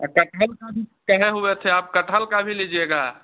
कठहल का भी कह हुए थे आप कटहल का भी लीजिएगा